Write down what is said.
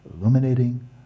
Illuminating